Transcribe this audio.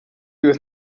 you